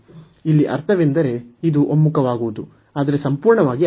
ಇಲ್ಲಿ ಅರ್ಥವೆಂದರೆ ಇದು ಒಮ್ಮುಖವಾಗುವುದು ಆದರೆ ಸಂಪೂರ್ಣವಾಗಿ ಅಲ್ಲ